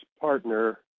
partner